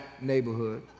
neighborhood